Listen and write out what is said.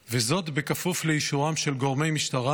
וזאת בכפוף לאישורם של גורמי משטרה,